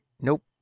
Nope